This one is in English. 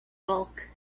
bulk